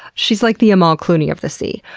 she's like the amal clooney of the sea.